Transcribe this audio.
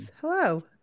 hello